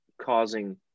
causing –